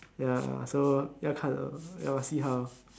ya so 要看 ah must see how